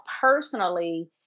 personally